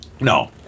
No